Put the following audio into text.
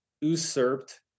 usurped